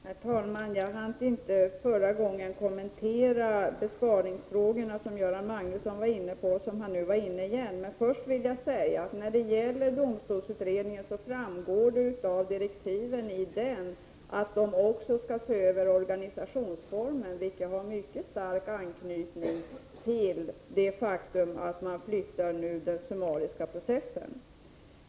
Herr talman! Jag hann inte i min förra replik kommentera besparingsfrågorna som Göran Magnusson tog upp. Av domstolsutredningens direktiv framgår att man också skall se över organisationsformen. Det har en mycket stark anknytning till det faktum att man nu flyttar den summariska processen.